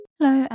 Hello